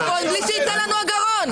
לא, תפתח את המיקרופון, תפתח את המיקרופון.